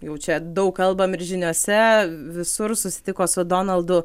jau čia daug kalbam ir žiniose visur susitiko su donaldu